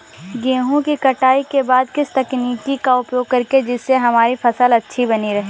गेहूँ की कटाई के बाद किस तकनीक का उपयोग करें जिससे हमारी फसल अच्छी बनी रहे?